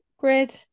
grid